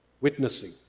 witnessing